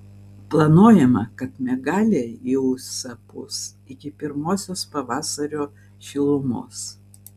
planuojama kad miegalė į ūsą pūs iki pirmosios pavasario šilumos